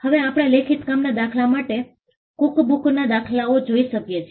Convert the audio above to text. હવે આપણે લેખિત કામના દાખલા માટે કુકબુકના દાખલાને જોઈ શકીએ છીએ